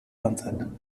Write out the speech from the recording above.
answered